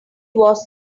was